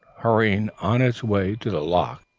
hurrying on its way to the loch,